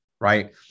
Right